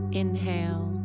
inhale